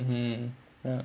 hmm